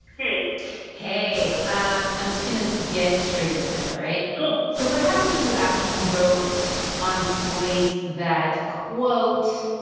hey hey. um i'm just going to get straight into this. all right? cool so what happened to you after you wrote on slate that, quote,